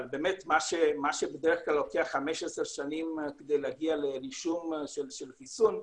אבל מה שבדרך כלל לוקח 15 שנים כדי להגיע לרישום של חיסון,